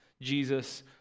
Jesus